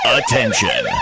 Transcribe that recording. attention